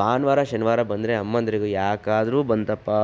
ಭಾನುವಾರ ಶನಿವಾರ ಬಂದರೆ ಅಮ್ಮಂದ್ರಿಗೆ ಯಾಕಾದ್ರೂ ಬಂತಪ್ಪಾ